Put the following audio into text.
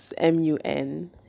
MUN